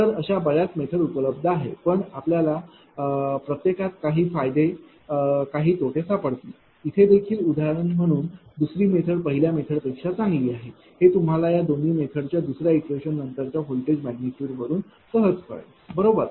तर अशा बर्याच मेथड उपलब्ध आहेत पण आपल्याला प्रत्येकात काही फायदे काही तोटे सापडतील इथे देखील उदाहरण म्हणून दुसरी मेथड पहिल्या मेथड पेक्षा चांगली आहे हे तुम्हाला या दोन्ही मेथडच्या दुसऱ्या इटरेशन नंतरच्या व्होल्टेज मॅग्निट्यूडवरून सहज कळेल बरोबर